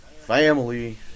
family